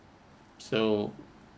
so